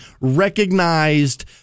recognized